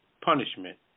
punishment